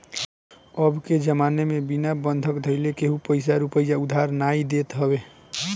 अबके जमाना में बिना बंधक धइले केहू पईसा रूपया उधार नाइ देत हवे